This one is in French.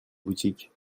boutique